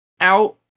out